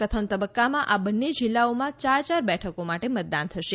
પ્રથમ તબક્કામાં આ બંને જિલ્લાઓમાં યાર યાર બેઠકો માટે મતદાન થશે